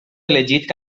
elegit